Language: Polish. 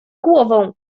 głową